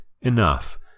enough